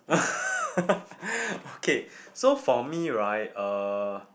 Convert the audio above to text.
okay so for me right uh